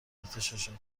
اغتشاشات